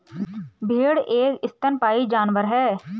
भेड़ एक स्तनपायी जानवर है